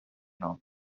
nom